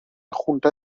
junta